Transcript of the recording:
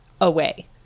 away